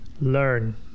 Learn